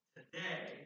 Today